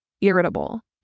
irritable